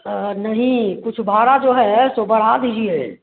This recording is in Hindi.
अगर नहीं कुछ भाड़ा जो है सो बढ़ा दीजिए